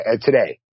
today